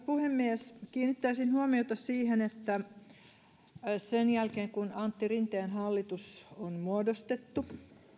puhemies kiinnittäisin huomiota siihen että sen jälkeen kun antti rinteen hallitus on muodostettu